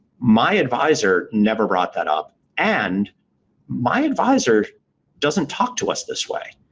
my advisor never brought that up and my advisor doesn't talk to us this way.